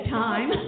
time